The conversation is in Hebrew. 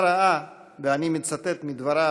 שבה ראה, ואני מצטט מדבריו,